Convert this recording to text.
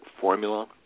formula